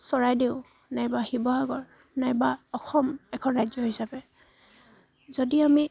চৰাইদেউ নাইবা শিৱসাগৰ নাইবা অসম এখন ৰাজ্য হিচাপে যদি আমি